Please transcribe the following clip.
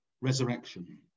resurrection